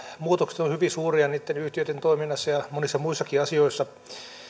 muutokset ovat hyvin suuria niitten yhtiöitten toiminnassa ja monissa muissakin asioissa